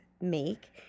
make